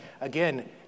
again